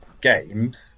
games